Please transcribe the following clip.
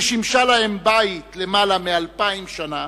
ששימשה להם בית למעלה מאלפיים שנה,